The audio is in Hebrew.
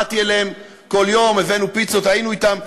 באתי אליהם כל יום, הבאנו פיצות, היינו אתם.